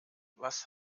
was